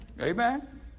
amen